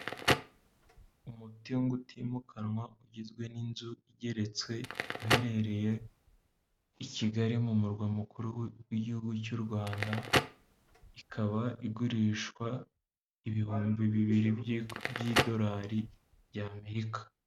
Umutungo utimukanwa ugizwe n'inzu igeretswe, iherereye i Kigali mu murwa mukuru w'Igihugu cy'u Rwanda, ikaba igurishwa ibihumbi bibiri by'idolari ry'Amerika.